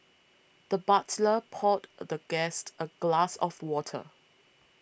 the butler poured a the guest a glass of water